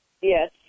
Yes